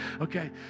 Okay